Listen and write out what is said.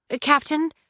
Captain